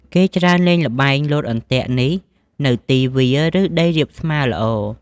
គេច្រើនលេងល្បែងលោតអន្ទាក់នេះនៅទីវាល ឬដីរាបស្មើល្អ។